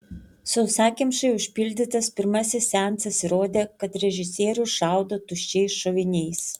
sausakimšai užpildytas pirmasis seansas įrodė kad režisierius šaudo tuščiais šoviniais